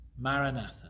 Maranatha